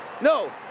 No